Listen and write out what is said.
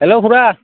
hello খুৰা